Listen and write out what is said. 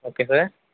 okay sir